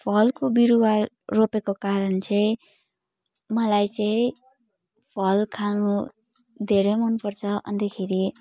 फलको बिरूवा रोपेको कारण चाहिँ मलाई चाहिँ फल खानु धेरै मन पर्छ अन्तखेरि